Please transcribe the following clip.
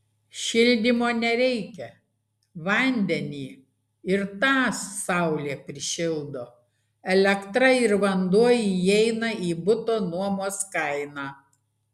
šildymo nereikia vandenį ir tą saulė prišildo elektra ir vanduo įeina į buto nuomos kainą